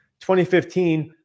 2015